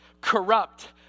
corrupt